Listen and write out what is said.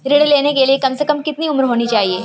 ऋण लेने के लिए कम से कम कितनी उम्र होनी चाहिए?